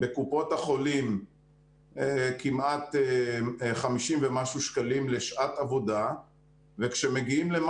בקופות החולים 50 ומשהו שקלים לשעת עבודה וכשמגיעים ל-